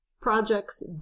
projects